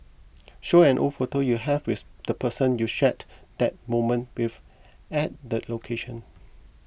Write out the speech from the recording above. show an old photo you have with the person you shared that moment with at that location